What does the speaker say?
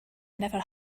never